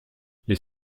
les